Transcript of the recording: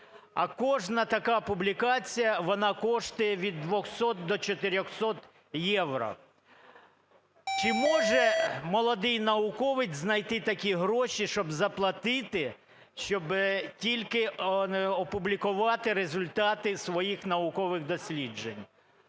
А кожна така публікація вона коштує від 200 до 400 євро. Чи може молодий науковець знайти такі гроші, щоб заплатити, щоби тільки опублікувати результати своїх наукових досліджень?